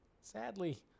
Sadly